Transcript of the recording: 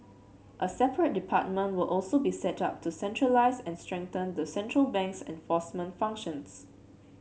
a separate department will also be set up to centralise and strengthen the central bank's enforcement functions